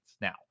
now